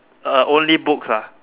uh only books ah